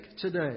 today